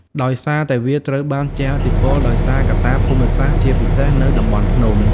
ដោយសារតែវាត្រូវបានជះឥទ្ធិពលដោយសារកត្តាភូមិសាស្ត្រ ជាពិសេស នៅតំបន់ភ្នំ។